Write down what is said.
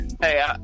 Hey